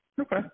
Okay